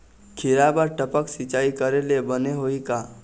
खिरा बर टपक सिचाई करे ले बने होही का?